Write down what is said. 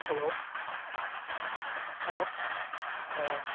hello हालौ औ